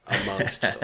amongst